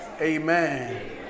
Amen